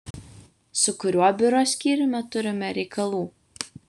su kuriuo biuro skyriumi turime reikalų